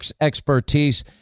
expertise